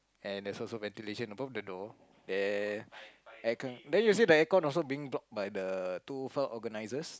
and also ventilation above the door